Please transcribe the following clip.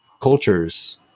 cultures